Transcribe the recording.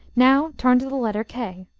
now turn to the letter k.